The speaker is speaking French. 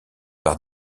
par